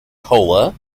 cola